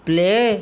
play